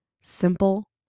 simple